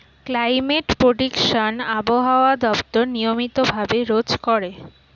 climate prediction আবহাওয়া দপ্তর নিয়মিত ভাবে রোজ করে